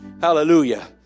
Hallelujah